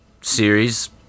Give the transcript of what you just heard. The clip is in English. series